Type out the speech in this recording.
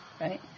right